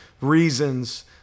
reasons